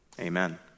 Amen